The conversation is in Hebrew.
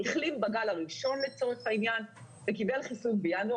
החלים בגל הראשון לצורך העניין וקיבל חיסון בינואר,